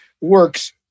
works